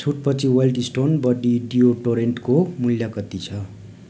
छुटपछि Wild Stone body डियोडोरेन्टको मूल्य कति छ